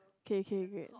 K K great